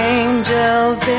angels